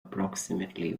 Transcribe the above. approximately